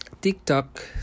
TikTok